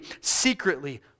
secretly